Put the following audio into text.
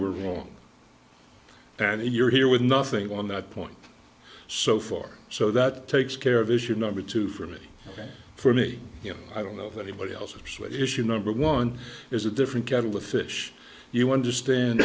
were wrong and you're here with nothing on that point so far so that takes care of issue number two for me and for me you know i don't know if anybody else officially issue number one is a different kettle of fish you understand